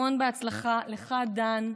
המון הצלחה לך, דן.